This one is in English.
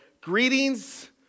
Greetings